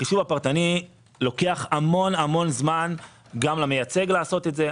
החישוב הפרטני לוקח המון זמן גם למייצג לעשות את זה.